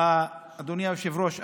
אדוני היושב-ראש.